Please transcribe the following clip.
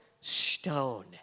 stone